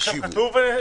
שקל.